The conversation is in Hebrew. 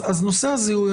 נושא הזיהוי,